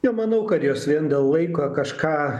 nemanau kad jos vien dėl laiko kažką